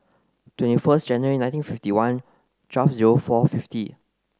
twenty first January nineteen fifty one twelve zero four fifty